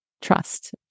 trust